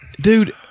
Dude